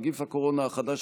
נגיף הקורונה החדש),